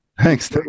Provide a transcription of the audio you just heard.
Thanks